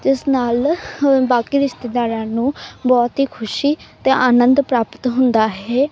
ਜਿਸ ਨਾਲ ਹ ਬਾਕੀ ਰਿਸ਼ਤੇਦਾਰਾਂ ਨੂੰ ਬਹੁਤ ਹੀ ਖੁਸ਼ੀ ਅਤੇ ਆਨੰਦ ਪ੍ਰਾਪਤ ਹੁੰਦਾ ਹੈ